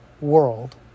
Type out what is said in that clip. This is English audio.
world